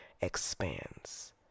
expands